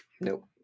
Nope